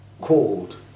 called